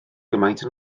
gymaint